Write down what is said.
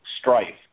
strife